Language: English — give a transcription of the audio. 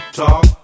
talk